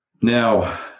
Now